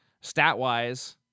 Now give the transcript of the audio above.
stat-wise